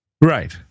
Right